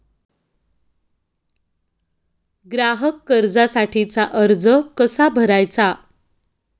ग्राहक कर्जासाठीचा अर्ज कसा भरायचा?